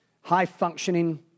high-functioning